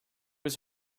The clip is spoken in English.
was